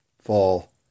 fall